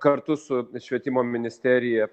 kartu su švietimo ministerija